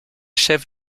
chef